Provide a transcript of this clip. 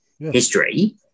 history